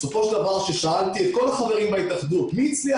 בסופו של דבר כששאלתי את רוב החברים בהתאחדות מי השיג